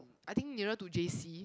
I think you know to J_C